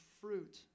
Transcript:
fruit